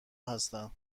هستن